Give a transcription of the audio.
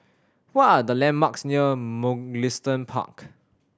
what are the landmarks near Mugliston Park